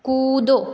कूदो